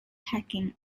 packing